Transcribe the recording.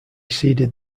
ceded